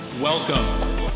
Welcome